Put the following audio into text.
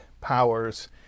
powers